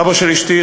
סבא של אשתי,